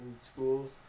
school